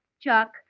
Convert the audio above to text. Chuck